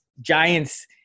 Giants